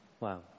Wow